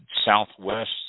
southwest